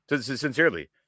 Sincerely